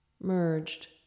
merged